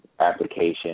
application